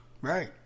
Right